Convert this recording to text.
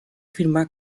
firma